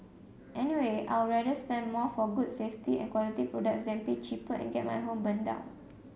anyway I'd rather spend more for good safety and quality products than pay cheaper and get my home burnt down